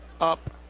Up